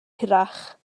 hirach